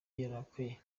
yarakaye